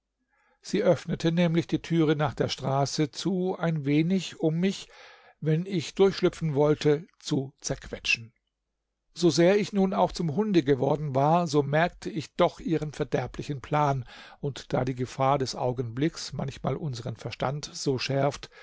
sie öffnete nämlich die türe nach der straße zu ein wenig um mich wenn ich durchschlüpfen wollte zu zerquetschen so sehr ich nun auch zum hunde geworden war so merkte ich doch ihren verderblichen plan und da die gefahr des augenblicks manchmal unseren verstand so schärft